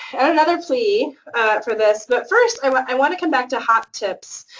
and another plea for this, but first i want i want to come back to hot tips